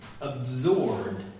absorbed